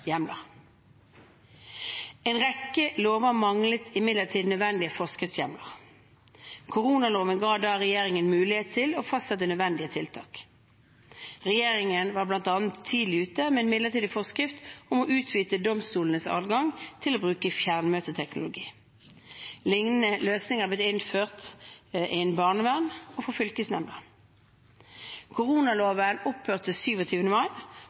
hjemler. En rekke lover manglet imidlertid nødvendige forskriftshjemler. Koronaloven ga da regjeringen mulighet til å fastsette nødvendige tiltak. Regjeringen var bl.a. tidlig ute med en midlertidig forskrift som utvidet domstolenes adgang til å bruke fjernmøteteknologi. Lignende løsninger har blitt innført innen barnevernet og for fylkesnemndene. Koronaloven opphørte 27. mai,